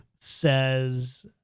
says